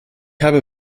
habe